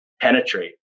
penetrate